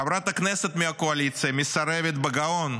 חברת כנסת מהקואליציה מסרבת בגאון,